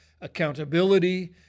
accountability